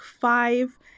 five